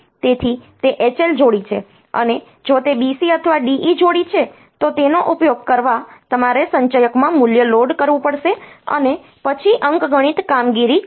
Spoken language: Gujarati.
તેથી તે HL જોડી છે અને જો તે BC અથવા DE જોડી છે તો તેનો ઉપયોગ કરવા તમારે સંચયકમાં મૂલ્ય લોડ કરવું પડશે અને પછી અંકગણિત કામગીરી કરો